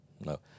no